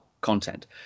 content